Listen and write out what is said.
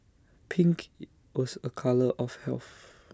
pink IT was A colour of health